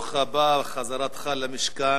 ברוך הבא בחזרתך למשכן.